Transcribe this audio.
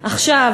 עכשיו,